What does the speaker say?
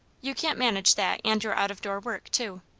you can't manage that and your out-door work too.